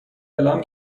اعلام